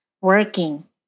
working